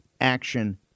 action